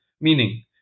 meaning